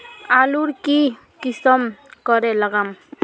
आलूर की किसम करे लागम?